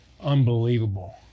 unbelievable